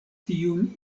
tiun